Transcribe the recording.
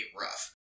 rough